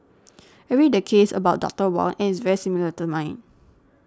I read the case about Doctor Wong and it's very similar to mine